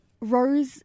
Rose